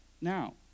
now